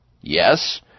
Yes